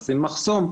לשים מחסום,